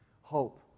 Hope